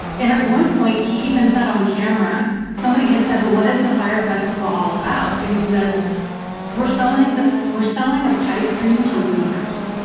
and at one point he even said on camera. somebody had said well what is the fire festival all about and he says we're selling the. we're selling a pipe dream to losers.